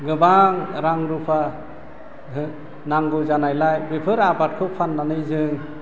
गोबां रां रुपा धोन नांगौ जानायलाय बेफोर आबादखौ फान्नानै जों